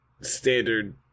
standard